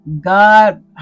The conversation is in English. God